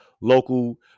local